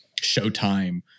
Showtime